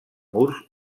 murs